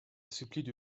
supplient